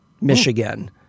michigan